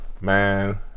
man